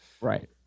Right